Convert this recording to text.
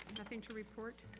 nothing to report.